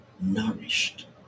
nourished